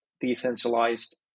decentralized